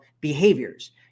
behaviors